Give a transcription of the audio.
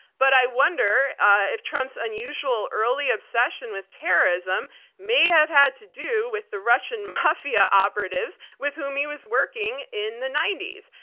but i wonder if trump's unusual early obsession with terrorism may have had to do with the russian mafia operatives with whom he was working in the ninety s.